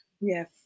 Yes